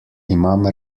imam